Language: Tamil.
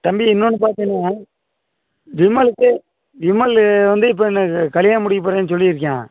தம்பி இன்னோன்னு பார்த்தீன்னா விமலுக்கு விமலு வந்து இப்போ எனக்கு கல்யாணம் முடிக்கப் போகிறேன்னு சொல்லியிருக்கான்